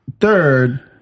Third